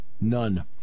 None